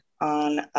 on